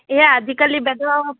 এই আজিকালি বাইদেউ